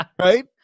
right